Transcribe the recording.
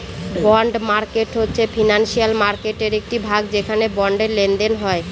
bond market হচ্ছে financial মার্কেটের একটি ভাগ যেখানে বন্ডের লেনদেন হয়